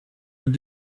and